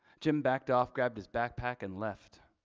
jim backed off, grabbed his backpack and left.